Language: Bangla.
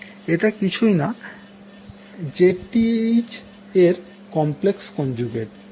এটা কিছুই না Zth এর কমপ্লেক্স কনজুগেট